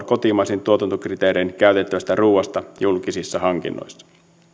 kotimaisin tuotantokriteerein käytettävästä ruuasta julkisissa hankinnoissa